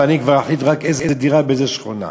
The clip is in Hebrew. ואני כבר אחליט רק איזו דירה באיזו שכונה.